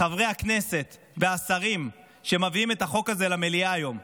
חברי הכנסת והשרים שמביאים את החוק הזה למליאה היום,